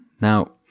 Now